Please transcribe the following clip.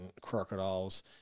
crocodiles